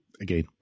again